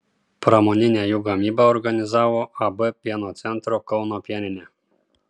pramoninę jų gamybą organizavo ab pieno centro kauno pieninė